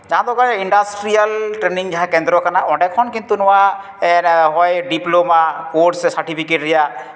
ᱡᱟᱦᱟᱸ ᱫᱚ industrial training ᱡᱟᱦᱟᱸ ᱠᱮᱫᱨᱚ ᱠᱟᱱᱟ ᱚᱸᱰᱮᱠᱷᱚᱱ ᱠᱤᱱᱛᱩ ᱱᱚᱣᱟ ᱦᱚᱭ ᱰᱤᱯᱞᱚᱢᱟ ᱠᱚᱨᱥ ᱥᱮ ᱥᱟᱨᱴᱚᱯᱷᱤᱠᱮᱴ ᱨᱮᱭᱟᱜ